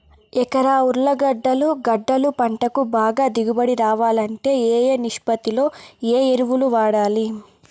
ఎకరా ఉర్లగడ్డలు గడ్డలు పంటకు బాగా దిగుబడి రావాలంటే ఏ ఏ నిష్పత్తిలో ఏ ఎరువులు వాడాలి?